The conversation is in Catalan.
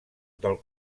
del